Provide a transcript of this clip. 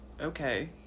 okay